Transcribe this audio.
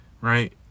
Right